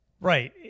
right